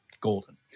golden